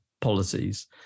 policies